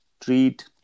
treat